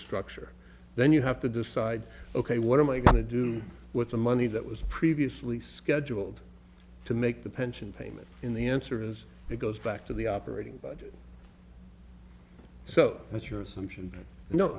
structure then you have to decide ok what am i going to do with the money that was previously scheduled to make the pension payment in the answer is it goes back to the operating budget so that's your assumption